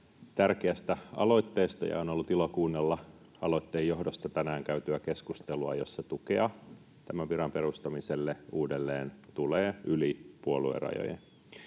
tärkeästä aloitteesta, ja on ollut ilo kuunnella aloitteen johdosta tänään käytyä keskustelua, jossa tukea tämän viran uudelleen perustamiselle tulee yli puoluerajojen.